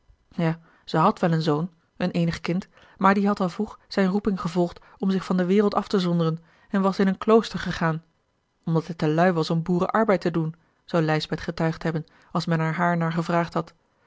ja zij had wel een zoon een eenig kind maar die had al vroeg zijne roeping gevolgd om zich van de wereld af te zonderen en was in een klooster gegaan omdat hij te lui was om boerenarbeid te doen zou lijsbeth getuigd hebben als men er haar naar gevraagd had